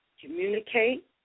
communicate